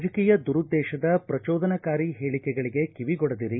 ರಾಜಕೀಯ ದುರುದ್ದೇಶದ ಪ್ರಚೋದನಕಾರಿ ಹೇಳಿಕೆಗಳಿಗೆ ಕಿವಿಗೊಡದಿರಿ